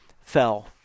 fell